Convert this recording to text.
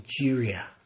Nigeria